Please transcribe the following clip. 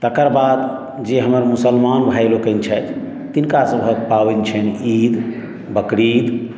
तकर बाद जे हमर मुसलमान भाइ लोकनि छथि तिनका सभक पाबनि छनि ईद बकरीद